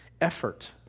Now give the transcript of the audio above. effort